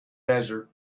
desert